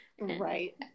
Right